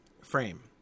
frame